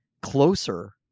closer